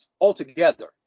altogether